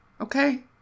okay